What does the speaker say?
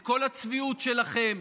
את כל הצביעות שלכם,